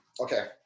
okay